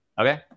Okay